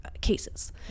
cases